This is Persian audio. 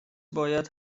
باید